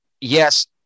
yes